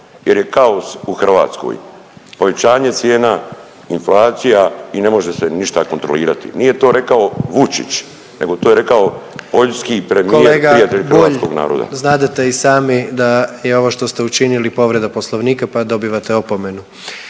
jer je kaos u Hrvatskoj, povećanje cijena, inflacija i ne može se ništa kontrolirati. Nije to rekao Vučić, nego to je rekao poljski premijer prijatelj hrvatskog naroda. **Jandroković, Gordan (HDZ)** Kolega Bulj, znadete i sami da je ovo što ste učinili povreda Poslovnika pa dobivate opomenu.